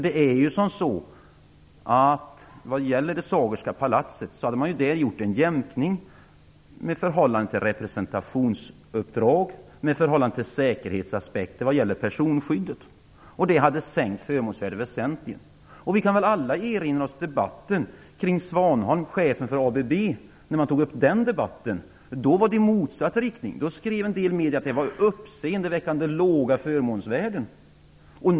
Det är ju så, att vad gäller Sagerska palatset hade man gjort en jämkning i förhållande till representationsuppdrag och i förhållande till säkerhetsaspekten i fråga om personskyddet, och det hade sänkt förmånsvärdet väsentligt. Vi kan alla erinra oss debatten om Svanholm, chefen för ABB. Den debatten gick i motsatt riktning. Då skrev en del medier att det var uppseendeväckande låga förmånsvärden.